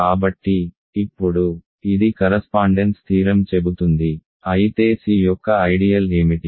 కాబట్టి ఇప్పుడు ఇది కరస్పాండెన్స్ థీరం చెబుతుంది అయితే C యొక్క ఐడియల్ ఏమిటి